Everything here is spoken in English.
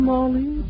Molly